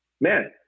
Man